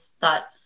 thought